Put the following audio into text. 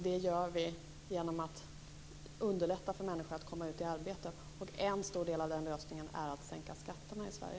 Det gör vi genom att underlätta för människor att komma ut i arbete. En stor del av lösningen på problemet är att sänka skatterna i Sverige.